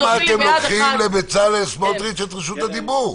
------ למה אתם לוקחים לבצלאל סמוטריץ' את רשות הדיבור?